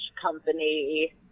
company